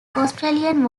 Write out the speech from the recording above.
australian